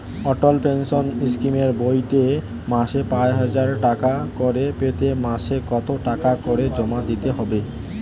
অটল pension স্কিমের বইতে মাসে পাঁচ হাজার টাকা করে পেতে মাসে কত টাকা করে জমা দিতে হবে?